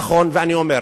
נכון, ואני אומר: